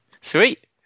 sweet